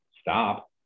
stop